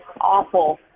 awful